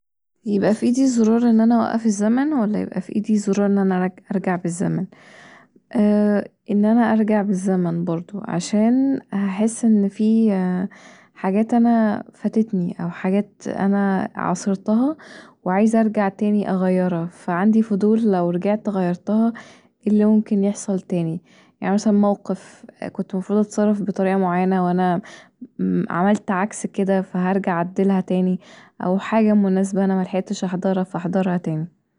يبقي فإيدي زرار اني اوقف الزمن ولا فإيدي زرار ان انا ارجع بالزمن ان انا ارجع بالزمن برضو عشان هحس ان فيه حاجات انا فاتتني او حاجات انا عاصرتها وعايزه ارجع تاني اغيرها عندي فضول لو انا رجعت غيرتها ايه اللي ممكن يحصل تاني يعني مثلا موقف كان المفروض اتصرف بطريقة معينة وانا عملت عكس كدا فهرجع أعدلها تاني او حاجه مناسبه ملحقتش احضرها فأحضرها تاني